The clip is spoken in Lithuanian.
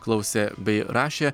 klausė bei rašė